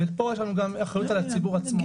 ופה יש לנו גם אחריות על הציבור עצמו.